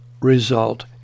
result